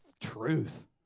truth